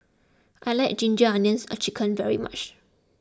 I like Ginger Onions Chicken very much